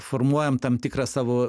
formuojame tam tikrą savo